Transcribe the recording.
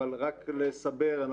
אבל רק לסבר את האזן,